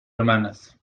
hermanas